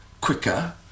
quicker